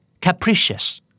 Capricious